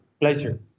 pleasure